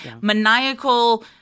maniacal